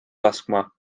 laskma